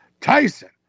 Tyson